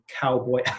cowboy